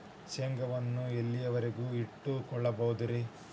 ಶೇಂಗಾವನ್ನು ಎಲ್ಲಿಯವರೆಗೂ ಇಟ್ಟು ಕೊಳ್ಳಬಹುದು ರೇ?